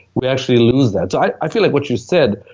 we actually lose that. so i feel like what you said.